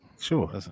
sure